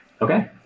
Okay